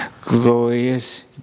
Glorious